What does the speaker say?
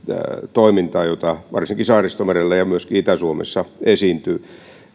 toimintaan jota varsinkin saaristomerellä ja myöskin itä suomessa esiintyy